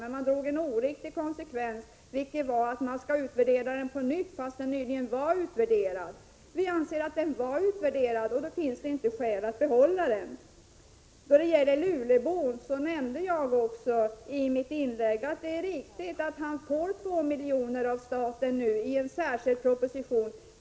Men man drog en oriktig konsekvens, som innebar att man skall utvärdera generalklausulen på nytt, trots att den nyligen hade blivit utvärderad. Vi anser att den var utvärderad, och då finns det inte skäl att behålla den. Då det gäller luleåbon nämnde jag också i mitt inlägg att det är riktigt att han får 2 miljoner av staten nu i enlighet med en särskild proposition.